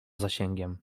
zasięgiem